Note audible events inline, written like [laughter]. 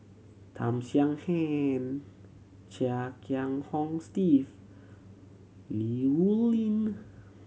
Tham Sien [unintelligible] Chia Kiah Hong Steve Li Rulin